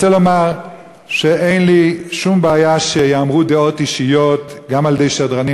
אני רוצה לומר שאין לי שום בעיה שייאמרו דעות אישיות גם על-ידי שדרנים,